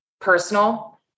personal